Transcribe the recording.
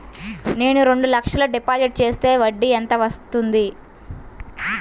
నేను రెండు లక్షల డిపాజిట్ చేస్తే వడ్డీ ఎంత వస్తుంది?